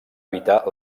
evitar